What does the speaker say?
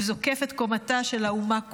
הוא זוקף קומתה של האומה כולה.